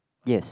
yes